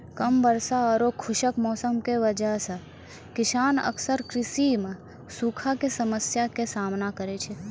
कम वर्षा आरो खुश्क मौसम के वजह स किसान अक्सर कृषि मॅ सूखा के समस्या के सामना करै छै